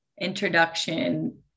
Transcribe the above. introduction